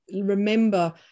remember